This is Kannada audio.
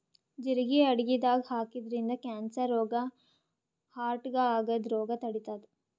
ಜಿರಗಿ ಅಡಗಿದಾಗ್ ಹಾಕಿದ್ರಿನ್ದ ಕ್ಯಾನ್ಸರ್ ರೋಗ್ ಹಾರ್ಟ್ಗಾ ಆಗದ್ದ್ ರೋಗ್ ತಡಿತಾದ್